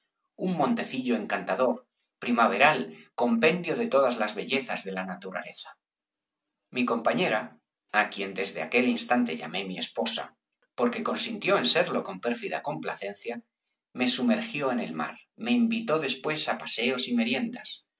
un montecillo encantador primaveral compendio de todas las bellezas de la naturaleza mi compañera á quien desde aquel instante llamó mi esposa porque consintió en serlo con pérfida complacencia me sumergió en el mar me invitó después á paseos y meriendas